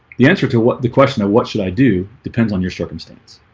the answer to what the question of what should i do depends on your circumstance,